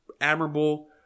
admirable